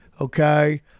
okay